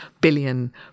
billion